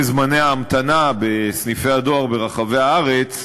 זמני ההמתנה בסניפי הדואר ברחבי הארץ,